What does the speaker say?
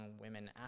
women